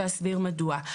ואסביר מדוע.